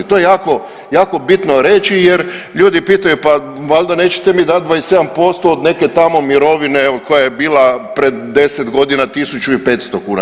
To je jako bitno reći, jer ljudi pitaju pa valjda nećete mi dati 27% od neke tamo mirovine koja je bila pred 10 godina 1500 kuna.